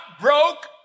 broke